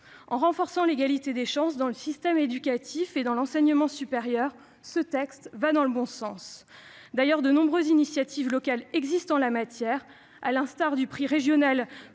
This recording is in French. En renforçant l'égalité des chances dans le système éducatif et dans l'enseignement supérieur, ce texte va dans le bon sens. D'ailleurs, de nombreuses initiatives locales existent en la matière, à l'instar du prix régional